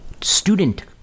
student